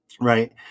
right